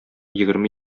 егерме